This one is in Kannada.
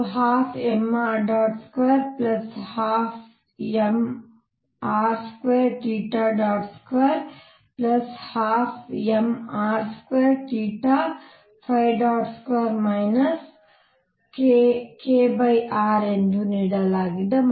E 12mr212mr2212mr22 kr ಎಂದು ನೀಡಲಾಗಿದೆ